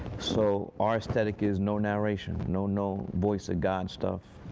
so our aesthetic is no narration. no no voice of god stuff.